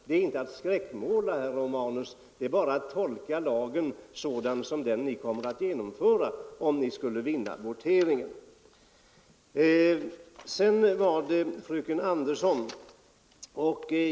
Det är inte att skräckmåla, herr Romanus, det är bara att tolka lagen sådan den skulle bli om ni skulle vinna i voteringen. Så var det fröken Andersson.